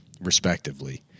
respectively